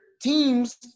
Teams